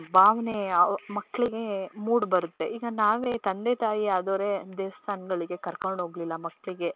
ಭಾವ್ನೇ ಮಕ್ಕಳಿಗೇ ಮೂಡ್ ಬರುತ್ತೆ ಈಗ ನಾವೇ ತಂದೆ ತಾಯಿಯಾದೊರೆ ದೇವಸ್ಥಾನ್ಗಳಿಗೆ ಕರ್ಕೊಂಡು ಹೋಗಲಿಲ್ಲ ಮಕ್ಕಳಿಗೆ